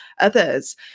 others